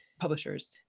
publishers